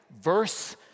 verse